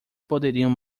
poderiam